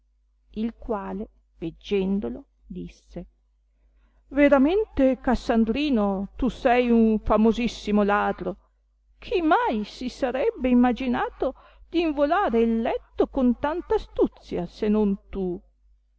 il quale veggendolo disse veramente cassandrino tu sei un famosissimo ladro chi mai si sarebbe imaginato d involare il letto con tant astuzia se non tu